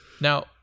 Now